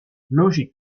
logic